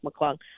McClung